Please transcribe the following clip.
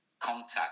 Contact